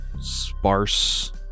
sparse